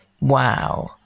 Wow